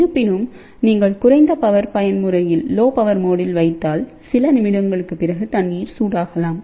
இருப்பினும் நீங்கள் குறைந்த பவர் பயன்முறையில் வைத்தால் சில நிமிடங்களுக்குப் பிறகு தண்ணீர் சூடாகலாம்